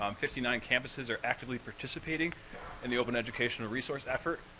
um fifty nine campuses are actively participating in the open educational resource effort.